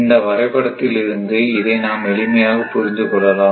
இந்த வரைபடத்தில் இருந்து இதை நாம் எளிமையாக புரிந்து கொள்ளலாம்